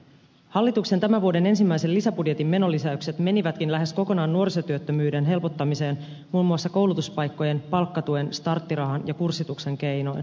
hallituksen tämän vuoden ensimmäisen lisäbudjetin menonlisäykset menivätkin lähes kokonaan nuorisotyöttömyyden helpottamiseen muun muassa koulutuspaikkojen palkkatuen starttirahan ja kurssituksen keinoin